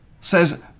says